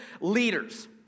leaders